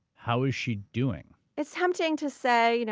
how is she doing? it's tempting to say, you know